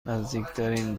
نزدیکترین